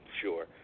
sure